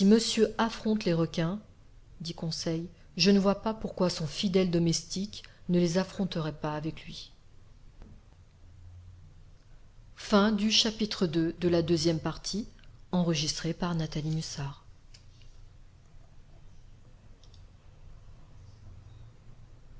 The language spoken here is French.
affronte les requins dit conseil je ne vois pas pourquoi son fidèle domestique ne les affronterait pas avec lui iii